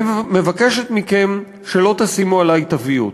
אני מבקשת מכם שלא תשימו עלי תוויות,